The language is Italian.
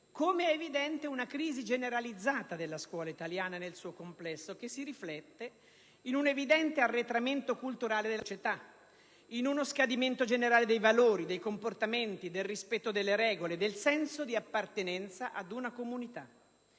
europei, sia una crisi generalizzata della scuola italiana nel suo complesso, che si riflette in un evidente arretramento culturale della società, in uno scadimento generale dei valori, dei comportamenti, del rispetto delle regole, del senso di appartenenza ad una comunità.